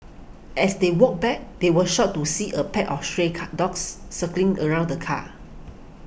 as they walked back they were shocked to see a pack of stray car dogs circling around the car